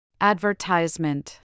Advertisement